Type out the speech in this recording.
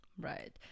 right